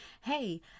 hey